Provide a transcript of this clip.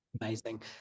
Amazing